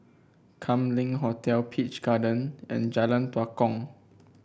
Kam Leng Hotel Peach Garden and Jalan Tua Kong